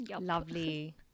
lovely